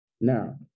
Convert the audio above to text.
Now